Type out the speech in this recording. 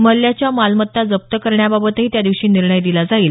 मल्ल्याच्या मालमत्ता जप्त करण्याबाबतही त्या दिवशी निर्णय दिला जाईल